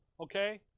Okay